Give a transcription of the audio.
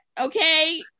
okay